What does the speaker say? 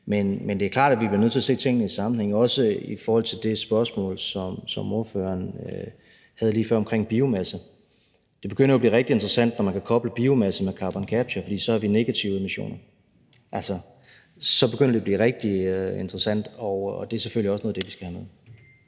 Men det er klart, at vi bliver nødt til at se tingene i sammenhæng, også i forhold til det spørgsmål, som ordføreren havde lige før omkring biomasse. Det begynder jo at blive rigtig interessant, når man kan koble biomasse med carbon capture, for så er det negative emissioner. Altså, så begynder det at blive rigtig interessant, og det er selvfølgelig også noget af det, vi skal have med.